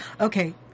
okay